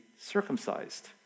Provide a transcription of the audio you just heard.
circumcised